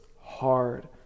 hard